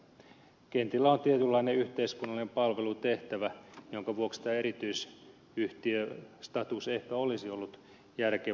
kentillä on tietynlainen yhteiskunnallinen palvelutehtävä minkä vuoksi tämä erityisyhtiöstatus ehkä olisi ollut järkevää